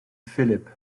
phillip